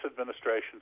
administration